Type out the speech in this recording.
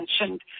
mentioned